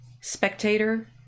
Spectator